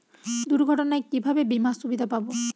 দুর্ঘটনায় কিভাবে বিমার সুবিধা পাব?